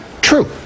True